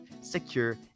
secure